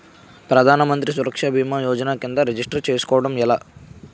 ప్రధాన మంత్రి సురక్ష భీమా యోజన కిందా రిజిస్టర్ చేసుకోవటం ఎలా?